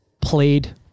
played